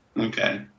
okay